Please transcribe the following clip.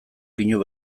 pinu